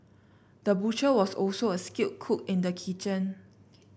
the butcher was also a skilled cook in the kitchen